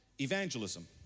evangelism